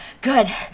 Good